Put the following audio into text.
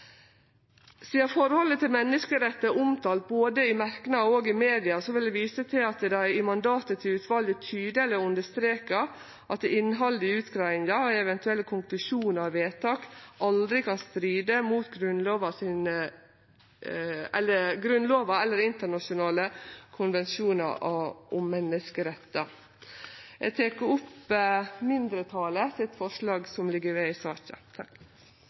Sidan forholdet til menneskerettar er omtalt både i merknad og i media, vil eg vise til at det i mandatet til utvalet tydeleg er understreka at innhaldet i utgreiinga og eventuelle konklusjonar og vedtak aldri kan stride mot Grunnlova eller internasjonale konvensjonar om menneskerettar. Eg tek opp mindretalet sitt forslag, som ligg ved i saka.